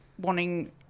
wanting